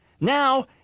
Now